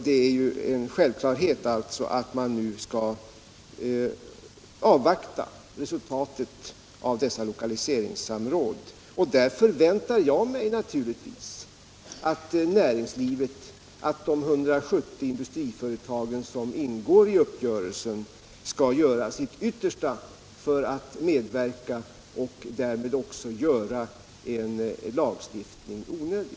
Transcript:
Det är en självklarhet att man nu skall avvakta resultatet av dessa lokaliseringssamråd. Där föväntar jag mig naturligtvis att de 170 industriföretag som berörs av uppgörelsen skall göra sitt yttersta för att medverka och därmed också göra en lagstiftning onödig.